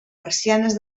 persianes